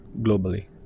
globally